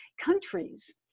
countries